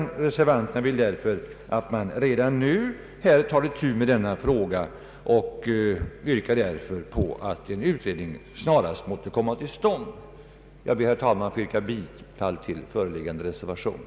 Reservanterna vill att man redan nu tar itu med denna fråga. Vi yrkar därför på att en utredning snarast måtte komma till stånd. Jag ber, herr talman, att få yrka bifall till reservationen.